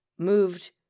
Moved